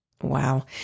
Wow